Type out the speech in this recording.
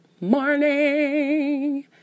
morning